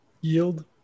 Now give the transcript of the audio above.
Yield